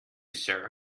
sir